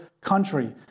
country